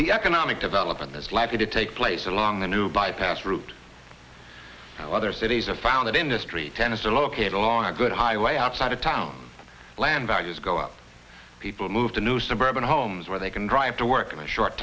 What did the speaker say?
the economic development is likely to take place along the new bypass route other cities are found at industry tennis are located along a good highway outside of town the land values go up people move to new suburban homes where they can drive to work in a short